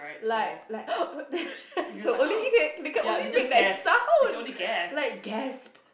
like like only they they can only make that sound like gasp